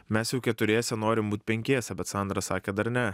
mes jau keturiese norim būt penkiese bet sandra sakė dar ne